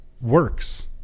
works